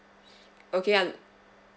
okay I'm